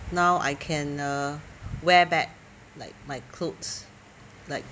now I can uh wear back like my clothes like